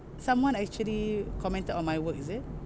someone actually commented on my work is it